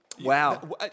Wow